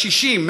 לקשישים,